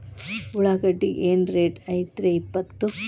ಉಳ್ಳಾಗಡ್ಡಿ ಏನ್ ರೇಟ್ ಐತ್ರೇ ಇಪ್ಪತ್ತು?